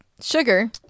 sugar